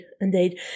indeed